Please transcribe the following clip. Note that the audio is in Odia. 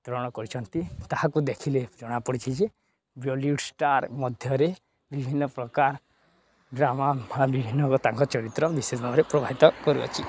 ଗ୍ରରଣ କରିଛନ୍ତି ତାହାକୁ ଦେଖିଲେ ଜଣାପଡ଼ିଛି ଯେ ବଲିଉଡ଼୍ ଷ୍ଟାର୍ ମଧ୍ୟରେ ବିଭିନ୍ନପ୍ରକାର ଡ୍ରାମା ବା ବିଭିନ୍ନ ତାଙ୍କ ଚରିତ୍ର ବିଶେଷ ଭାବରେ ପ୍ରଭାବିତ କରୁଅଛି